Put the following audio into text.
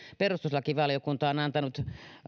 perustuslakivaliokunta on antanut